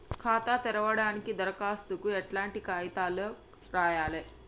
ఖాతా తెరవడానికి దరఖాస్తుకు ఎట్లాంటి కాయితాలు రాయాలే?